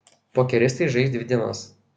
pokeristai žais dvi dienas